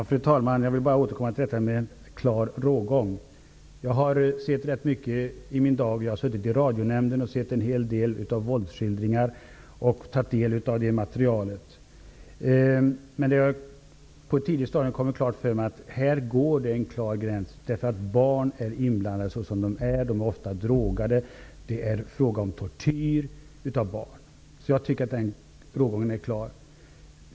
Fru talman! Jag vill bara återkomma till detta med en klar rågång. Jag har sett ganska mycket i mina dagar. Jag har suttit i Radionämnden och sett en hel del våldsskildringar och tagit del av det materialet. Jag har på ett tidigt stadium fått klart för mig att det går en klar gräns här eftersom barn är inblandade. De är ofta drogade. Det är fråga om tortyr av barn. Jag tycker att den rågången är klar.